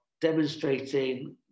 demonstrating